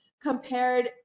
compared